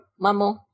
Mamo